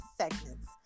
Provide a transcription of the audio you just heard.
segments